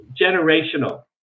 generational